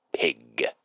PIG